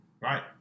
Right